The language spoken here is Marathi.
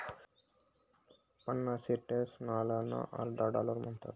पन्नास सेंटना नाणाले अर्धा डालर म्हणतस